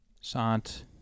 Sant